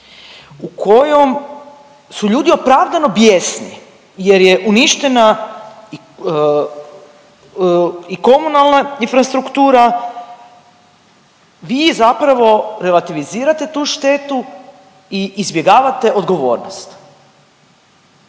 u kojoj su ljudi opravdano bijesni jer je uništena i komunalna infrastruktura vi zapravo relativizirate tu štetu i izbjegavate odgovornost.